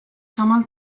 samal